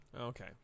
Okay